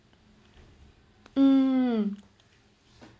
um